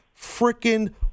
freaking